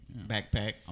backpack